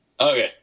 Okay